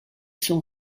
son